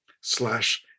slash